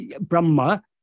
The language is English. Brahma